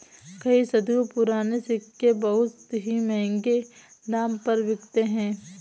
कई सदियों पुराने सिक्के बहुत ही महंगे दाम पर बिकते है